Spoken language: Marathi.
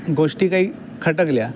गोष्टी काही खटकल्या